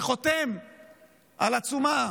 שחותם על עצומה,